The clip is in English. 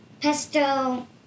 Pesto